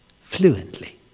Fluently